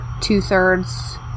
two-thirds